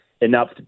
enough